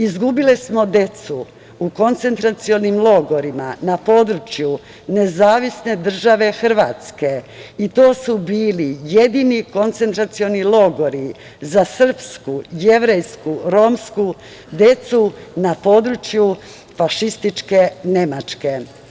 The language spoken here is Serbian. Izgubili smo decu u koncentracionim logorima na području Nezavisne države Hrvatske i to su bili jedini koncentracioni logori za srpsku, jevrejsku i romsku decu na području fašističke Nemačke.